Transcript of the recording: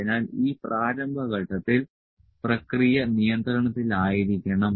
അതിനാൽ ഈ പ്രാരംഭ ഘട്ടത്തിൽ പ്രക്രിയ നിയന്ത്രണത്തിലായിരിക്കണം